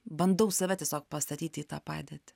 bandau save tiesiog pastatyti į tą padėtį